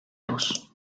luz